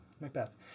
Macbeth